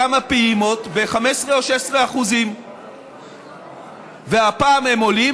בכמה פעימות, ב-15% או 16%. והפעם הם עולים.